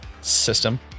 System